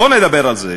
בוא נדבר על זה.